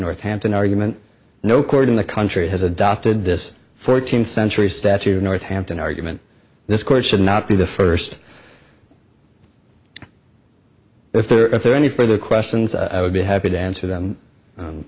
northhampton argument no court in the country has adopted this fourteenth century statute northhampton argument this court should not be the first if the if there are any further questions i would be happy to answer them